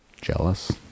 jealous